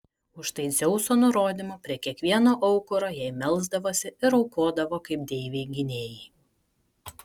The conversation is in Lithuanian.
už tai dzeuso nurodymu prie kiekvieno aukuro jai melsdavosi ir aukodavo kaip deivei gynėjai